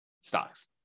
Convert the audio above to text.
stocks